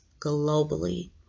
globally